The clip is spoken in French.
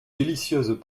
délicieuses